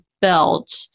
belt